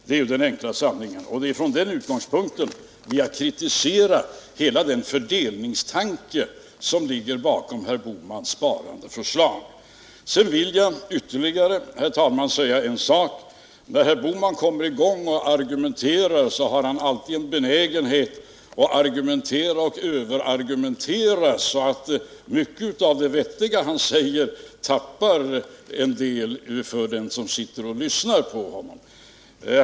Det är den enkla sanningen, och det är från den utgångspunkten vi har kritiserat hela den fördelningstanke som ligger bakom herr Boh mans sparandeförstag. Sedan vill jag säga ytterligare en sak, herr talman. När herr Bohman kommer i gång och argumenterar, har han alltid cn benägenhet att överargumentera så att mycket av det vettiga han säger går förlorat för den som sitter och lyssnar på honom.